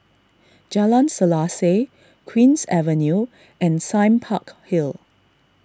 Jalan Selaseh Queen's Avenue and Sime Park Hill